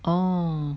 oh